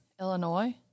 Illinois